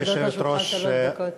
עומדות לרשותך שלוש דקות.